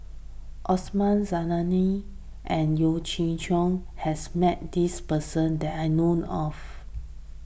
Osman Zailani and Yeo Chee Kiong has met this person that I know of